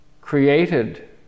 created